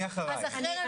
את לפניי.